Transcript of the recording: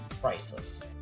priceless